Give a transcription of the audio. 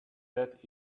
that